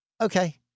okay